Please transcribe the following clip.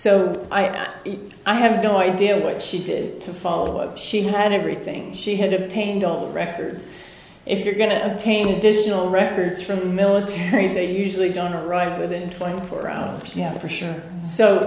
so i have no idea what she did to follow up she had everything she had obtained all the records if you're going to obtain additional records from the military they usually don't arrive within twenty four hours for sure so